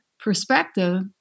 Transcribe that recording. perspective